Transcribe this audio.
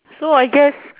so I guess